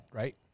right